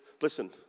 Listen